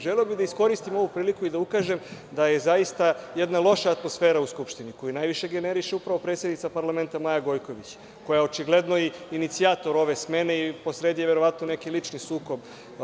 Želeo bih da iskoristim ovu priliku i da ukažem da je zaista jedna loša atmosfera u Skupštini, koju najviše generiše upravo predsednica parlamenta Maja Gojković, koja je očigledno i inicajtor ove smene i posredi je verovatno neki lični sukob.